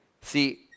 See